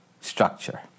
structure